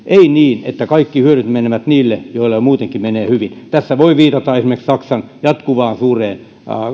ei niin että kaikki hyödyt menevät niille joilla muutenkin menee hyvin tässä voi viitata esimerkiksi saksan jatkuvaan suureen